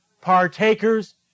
partakers